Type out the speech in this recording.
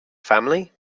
family